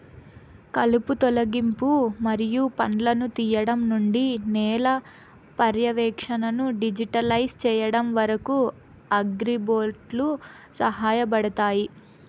కలుపు తొలగింపు మరియు పండ్లను తీయడం నుండి నేల పర్యవేక్షణను డిజిటలైజ్ చేయడం వరకు, అగ్రిబోట్లు సహాయపడతాయి